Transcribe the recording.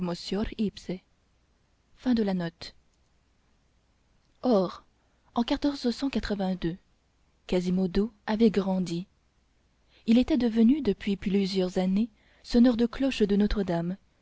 or en quasimodo avait grandi il était devenu depuis plusieurs années sonneur de cloches de notre-dame